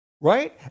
Right